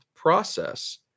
Process